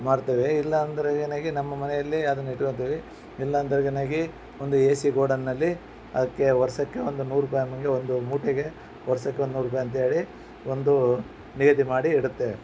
ಮಾಡ್ತೇವೆ ಇಲ್ಲ ಅಂದರೆನಗಿ ನಮ್ಮ ಮನೆಯಲ್ಲಿ ಅದನ್ನು ಇಟ್ಕೊಂತಿವಿ ಇಲ್ಲ ಅಂದರೆಗೆನಗಿ ಒಂದು ಎ ಸಿ ಗೋಡನ್ನಲ್ಲಿ ಅದಕ್ಕೆ ವರ್ಷಕ್ಕೆ ಒಂದು ನೂರು ರುಪಾಯಿ ಅಂದಂಗೆ ಒಂದು ಮೂಟೆಗೆ ವರ್ಷಕ್ಕೆ ಒಂದು ನೂರು ರುಪಾಯಿ ಅಂತ ಹೇಳಿ ಒಂದು ನಿಗದಿ ಮಾಡಿ ಇಡುತ್ತೇವೆ